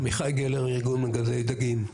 עמיחי גלר, ארגון מגדלי דגים.